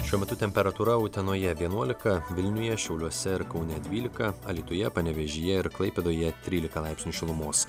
šiuo metu temperatūra utenoje vienuolika vilniuje šiauliuose ir kaune dvylika alytuje panevėžyje ir klaipėdoje trylika laipsnių šilumos